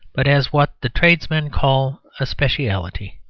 but as what the tradesmen call a speciality.